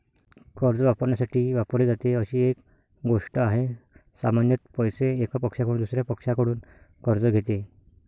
कर्ज वापरण्यासाठी वापरली जाते अशी एक गोष्ट आहे, सामान्यत पैसे, एका पक्षाकडून दुसर्या पक्षाकडून कर्ज घेते